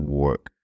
work